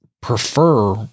prefer